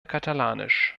katalanisch